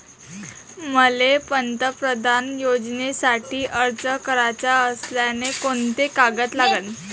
मले पंतप्रधान योजनेसाठी अर्ज कराचा असल्याने कोंते कागद लागन?